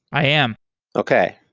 i am okay.